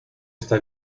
está